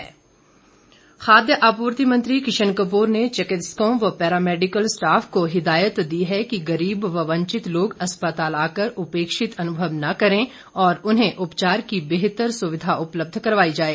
किशन कप्र खाद्य आपूर्ति मंत्री किशन कपूर ने चिकित्सकों व पैरामैडिकल स्टाफ को हिदायत दी है कि गरीब व वंचित लोग अस्पताल आकर उपेक्षित अनुभव न करें और उन्हें उपचार की बेहतर सुविधा उपलब्ध करवाई जाए